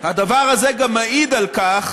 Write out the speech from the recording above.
הדבר הזה גם מעיד על כך